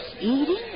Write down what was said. eating